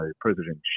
President